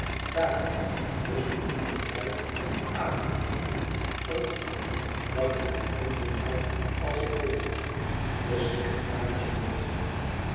daarom tusschen uw ontbijt en uw avondeten verwacht ik dat ik u vinden kan als ik wil de secretaris boog